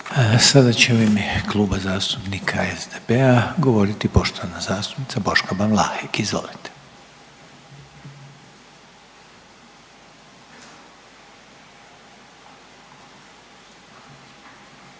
Sad će u ime Kluba zastupnika SDP-a govoriti poštovana zastupnica Andreja Marić, izvolite.